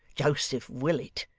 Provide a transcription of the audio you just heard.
joseph willet,